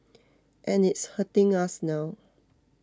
and it's hurting us now